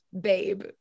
babe